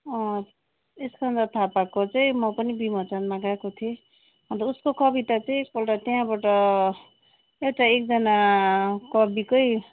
स्कन्द थापाको चाहिँ म पनि विमोचनमा गएको थिएँ अन्त उसको कविता चाहिँ एकपल्ट त्यहाँबाट एउटा एकजना कविकै